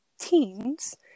teens